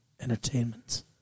entertainment